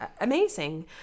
amazing